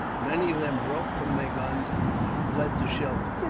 many of them broke from their guns and fled to shelter,